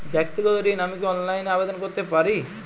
ব্যাক্তিগত ঋণ আমি কি অনলাইন এ আবেদন করতে পারি?